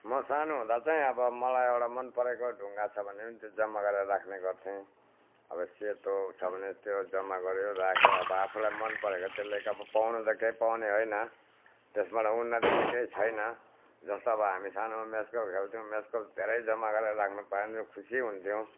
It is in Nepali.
म सानु हुँदा चाहिँ अब मलाई एउटा मन परेको ढुङ्गा छ भने पनि त्यो जम्मा गरेर राख्ने गर्थेँ अब सेतो छ भने त्यो जम्मा गऱ्यो राख्यो अब आफूलाई मन परेको त्यसले त अब पाउनु त केही पाउने होइन त्यसबाट उन्नति त केही छैन जस्तो अब हामी सानोमा मेसकल खेल्थ्यौँ मेसकल धेरै जम्मा गरेर राख्नु पायो भने खुसी हुन्थ्यौँ